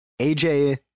AJ